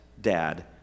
dad